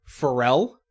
Pharrell